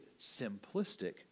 simplistic